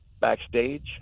backstage